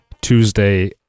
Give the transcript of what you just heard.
Tuesday